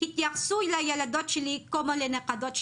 התייחסו לילדות שלי כמו לנכדות שלהם.